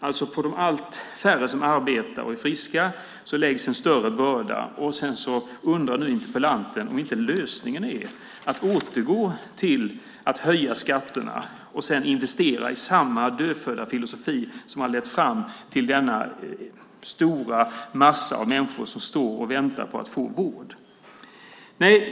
På de allt färre som arbetar och är friska läggs en större börda. Sedan undrar interpellanten om lösningen inte är att återgå till att höja skatterna och sedan investera i samma dödfödda filosofi som har lett fram till denna stora massa av människor som väntar på att få vård.